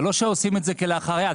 זה לא שעושים את זה כלאחר יד,